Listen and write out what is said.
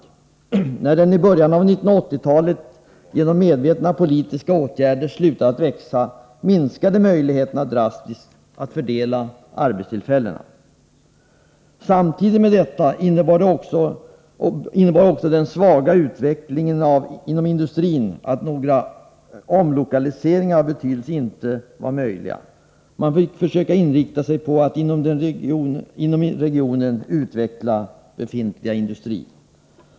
När den offentliga sektorn i början av 1980-talet genom medvetna politiska åtgärder slutade att växa, minskade drastiskt möjligheterna att fördela arbetstillfällena. Den svaga utvecklingen inom industrin innebar samtidigt att några omlokaliseringar av betydelse inte var möjliga. Man fick försöka inrikta sig på att inom regionen utveckla den befintliga industrin.